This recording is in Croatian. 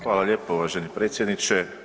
Hvala lijepo uvaženi predsjedniče.